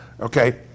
okay